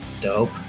Dope